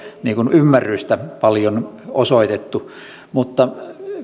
ymmärrystä paljon osoitettu mutta